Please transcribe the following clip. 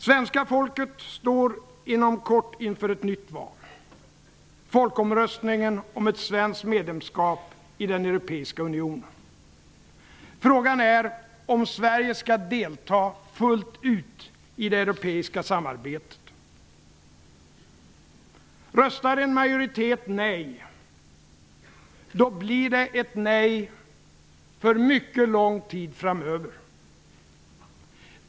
Svenska folket står inom kort inför ett nytt val: folkomröstningen om ett svenskt medlemskap i den europeiska unionen. Frågan är om Sverige skall delta fullt ut i det europeiska samarbetet. Röstar en majoritet nej, då blir det ett nej för mycket lång tid framöver.